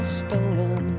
stolen